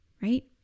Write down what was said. right